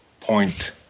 point